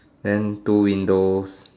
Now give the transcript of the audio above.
then two windows